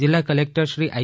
જિલ્લાિ કલેકટરશ્રી આઇ